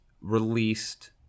released